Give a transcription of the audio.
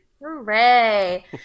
Hooray